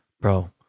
Bro